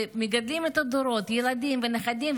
ומגדלות דורות של ילדים ונכדים,